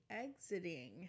exiting